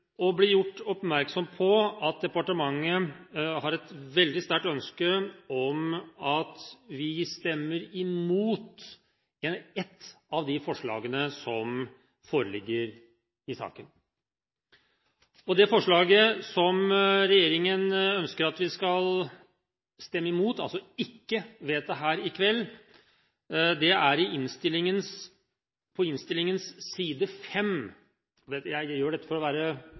dag, blir jeg, i egenskap av at jeg er sakens ordfører, kontaktet av Justisdepartementet og gjort oppmerksom på at departementet har et veldig sterkt ønske om at vi stemmer imot et av de forslagene som foreligger i saken. Det forslaget som regjeringen ønsker at vi skal stemme imot, altså ikke vedta her i kveld, står på innstillingens side 5 – jeg gjør dette for å